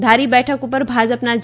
ધારી બેઠક ઉપર ભાજપના જે